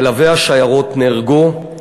מלווי השיירות נהרגו,